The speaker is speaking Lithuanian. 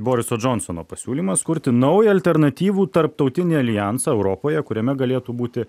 boriso džonsono pasiūlymas kurti naują alternatyvų tarptautinį aljansą europoje kuriame galėtų būti